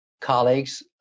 colleagues